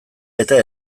eta